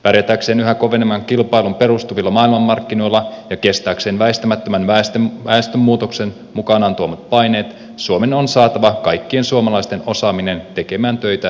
pärjätäkseen yhä kovenevaan kilpailuun perustuvilla maailmanmarkkinoilla ja kestääkseen väistämättömän väestönmuutoksen mukanaan tuomat paineet suomen on saatava kaikkien suomalaisten osaaminen tekemään töitä hyvinvointimme eteen